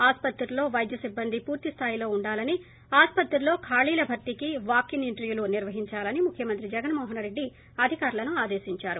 ఆసుపత్రుల్లో వైద్య సిబ్బంది పూర్తిస్థాయిలో ఉండాలని ఆసుపత్రుల్లో ఖాళీల భర్తీకి వాక్ ఇన్ ఇంటర్వ్యూలు నిర్వహిందాలని ముఖ్యమంత్రి జగన్మోహన్ రెడ్డి అధికారులను ఆదేశించారు